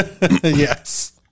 Yes